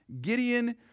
Gideon